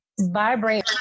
vibrate